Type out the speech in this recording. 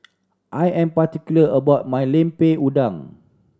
I am particular about my Lemper Udang